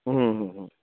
হুম হুম হুম